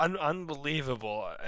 unbelievable